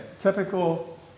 Typical